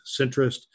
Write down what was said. Centrist